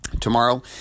tomorrow